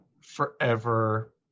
forever